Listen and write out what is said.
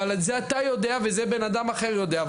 אבל על זה אתה יודע וזה בן אדם אחר יודע,